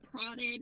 prodded